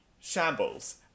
shambles